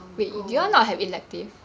I will go